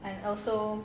and also